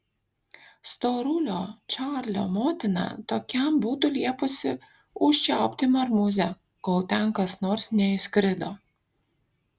storulio čarlio motina tokiam būtų liepusi užčiaupti marmūzę kol ten kas nors neįskrido